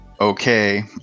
okay